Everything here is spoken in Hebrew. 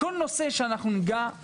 בכל נושא שאנחנו ניגע.